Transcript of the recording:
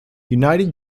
united